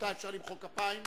רשות השידור (תיקון מס' 21)